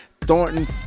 Thornton